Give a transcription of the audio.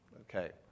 Okay